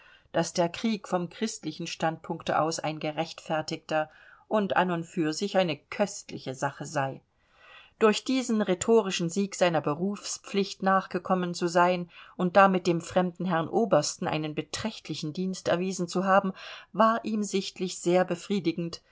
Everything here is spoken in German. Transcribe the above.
daß der krieg vom christlichen standpunkte aus ein gerechtfertigter und an und für sich eine köstliche sache sei durch diesen rhetorischen sieg seiner berufspflicht nachgekommen zu sein und damit dem fremden herrn obersten einen beträchtlichen dienst erwiesen zu haben war ihm sichtlich sehr befriedigend